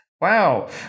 wow